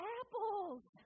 apples